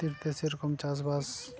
ᱠᱷᱟᱹᱛᱤᱨ ᱛᱮ ᱥᱮᱨᱚᱠᱚᱢ ᱪᱟᱥᱵᱟᱥ